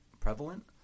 prevalent